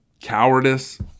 cowardice